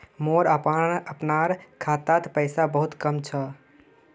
मोर अपनार खातात पैसा बहुत कम छ